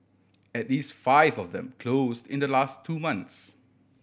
at least five of them closed in the last two months